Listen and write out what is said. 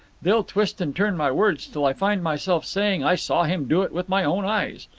they'll twist and turn my words till i find myself saying i saw him do it with my own eyes.